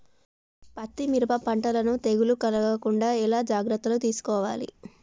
పత్తి మిరప పంటలను తెగులు కలగకుండా ఎలా జాగ్రత్తలు తీసుకోవాలి?